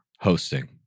hosting